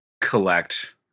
collect